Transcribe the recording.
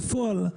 בפועל,